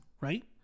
right